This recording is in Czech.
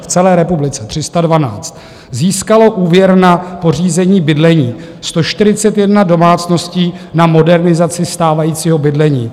V celé republice 312 získalo úvěr na pořízení bydlení, 141 domácností na modernizaci stávajícího bydlení.